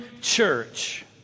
church